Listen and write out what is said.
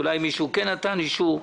אולי מישהו כן נתן אישור.